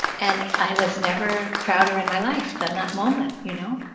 and i was never prouder in my life than that moment, you know.